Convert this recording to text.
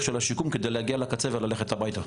של השיקום כדי להגיע לקצה וללכת הביתה.